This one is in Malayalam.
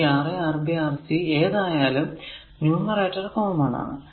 ഈ Ra Rb Rc ഏതായാലും ന്യൂമറേറ്റർ കോമൺ ആണ്